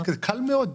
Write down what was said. זה קל מאוד.